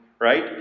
right